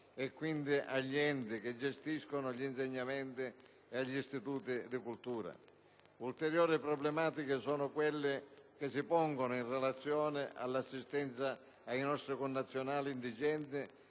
e quindi agli enti che gestiscono gli insegnamenti e agli istituti di cultura. Ulteriori problematiche sono quelle che si pongono in relazione all'assistenza ai nostri connazionali indigenti